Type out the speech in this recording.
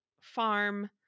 farm